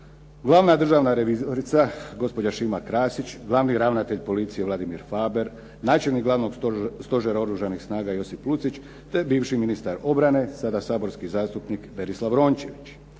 glavna državna revizorica, gospođa Šima Krasić, glavni ravnatelj policije Vladimir Faber, načelnik Glavnog stožera Oružanih snaga Josip Lucič te bivši ministar obrane, sada saborski zastupnik Berislav Rončević.